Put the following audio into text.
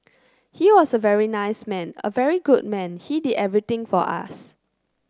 he was a very nice man a very good man he did everything for us